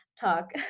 talk